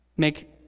make